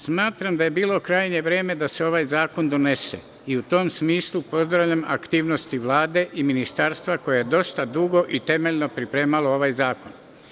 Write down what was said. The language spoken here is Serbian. Smatram da je bilo krajnje vreme da se ovaj zakon donese i u tom smislu pozdravljam aktivnosti Vlade i ministarstva koje je dosta dugo i temeljno pripremalo ovaj zakon.